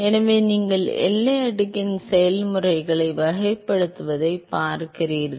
எனவே நீங்கள் எல்லை அடுக்கின் செயல்முறைகளை வகைப்படுத்துவதைப் பார்க்கிறீர்கள்